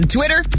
Twitter